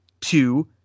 two